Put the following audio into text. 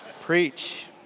preach